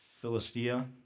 Philistia